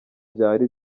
byaba